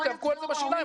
תיאבקו על זה בשיניים,